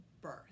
birth